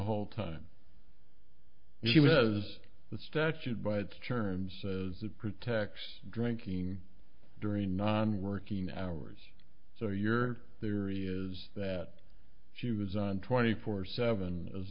whole time she was the statute by its terms as it protects drinking during non working hours so you're there is that she was on twenty four seven as